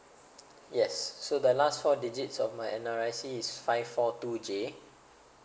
yes so the last four digits of my N_R_I_C is five four two J